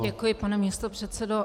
Děkuji, pane místopředsedo.